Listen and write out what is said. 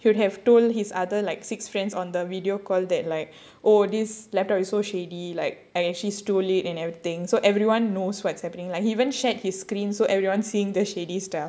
he would have told his other like six friends on the video call that like oh this laptop is so shady like I actually stole it and everything so everyone knows what's happening like he even shared his screen so everyone seeing the shady stuff